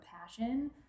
passion